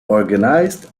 organised